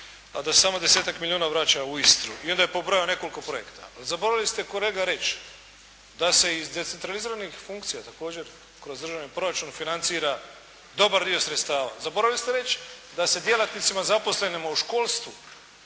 a da samo 10-tak milijuna vraća u Istru i onda je pobrojao nekoliko projekata. Pa zaboravili ste kolega reći da se iz decentraliziranih funkcija također kroz državni proračun financira dobar dio sredstava. Zaboravili ste reći da se djelatnicima zaposlenima u školstvu,